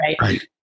right